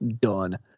Done